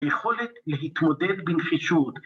‫יכולת להתמודד בנחישות.